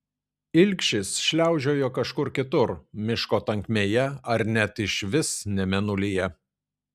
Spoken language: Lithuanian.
ilgšis šliaužiojo kažkur kitur miško tankmėje ar net išvis ne mėnulyje